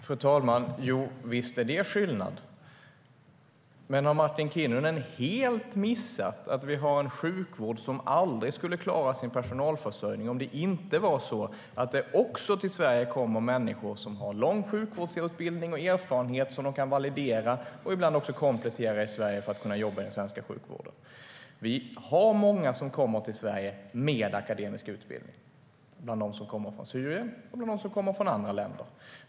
Fru talman! Jo, visst är det skillnad. Men har Martin Kinnunen helt missat att vi har en sjukvård som aldrig skulle klara sin personalförsörjning om det inte var så att det också kommer människor till Sverige som har lång sjukvårdsutbildning och erfarenhet, som de kan validera - och ibland även komplettera - i Sverige för att kunna jobba i den svenska sjukvården? Vi har många som kommer till Sverige med akademisk utbildning, både bland dem som kommer från Syrien och bland dem som kommer från andra länder.